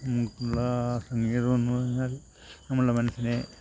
നമ്മൾ ആ സംഗീതമെന്ന് പറഞ്ഞാൽ നമ്മളുടെ മനസ്സിനെ